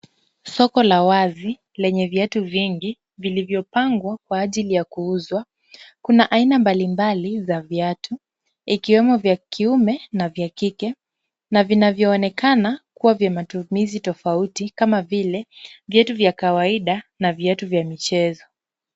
Soko la wazi lenye viatu vingi vilivyopangwa kwa ajili ya kuuzwa. Kuna aina mbali mbali za viatu, ikiwemo vya kiume na vya kike na vinavyoonekana kuwa vya matumizi tofauti kama vile viatu vya kawaida na viatu vya michezo.